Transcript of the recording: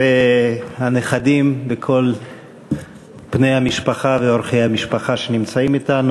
הנכדים וכל בני המשפחה ואורחי המשפחה שנמצאים אתנו,